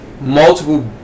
Multiple